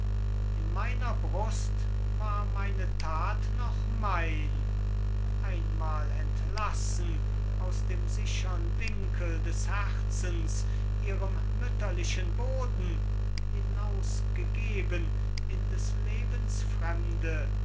in meiner brust war meine tat noch mein einmal entlassen aus dem sichern winkel des herzens ihrem mütterlichen boden hinausgegeben in des